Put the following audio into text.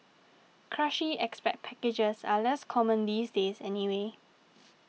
cushy expat packages are less common these days anyway